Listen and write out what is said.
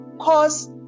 cause